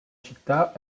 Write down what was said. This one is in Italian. città